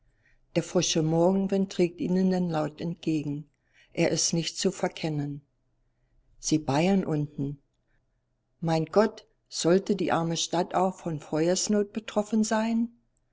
der frische morgenwind trägt ihnen den laut entgegen er ist nicht zu verkennen sie beiern unten mein gott sollte die arme stadt auch von feuersnot betroffen sein